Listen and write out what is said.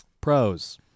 Pros